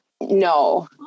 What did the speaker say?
No